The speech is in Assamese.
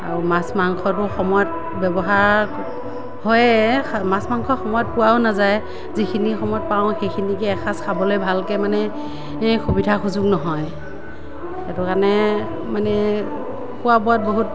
আৰু মাছ মাংসটো সময়ত ব্যৱহাৰ হয়ে মাছ মাংস সময়ত পোৱাও নাযায় যিখিনি সময়ত পাওঁ সেইখিনিকে এসাঁজ খাবলৈ ভালকে মানে সুবিধা সুযোগ নহয় সেইটো কাৰণে মানে খোৱা বোৱাত বহুত